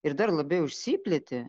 ir dar labiau išsiplėtė